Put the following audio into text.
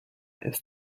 ist